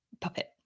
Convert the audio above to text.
puppet